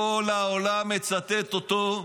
כל העולם מצטט אותו,